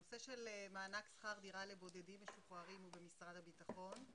הנושא של מענק שכר דירה לבודדים משוחררים הוא במשרד הביטחון.